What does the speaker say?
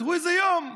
תראו איזה יום.